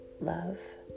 love